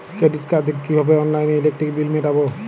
Credit card থেকে কিভাবে অনলাইনে ইলেকট্রিক বিল মেটাবো?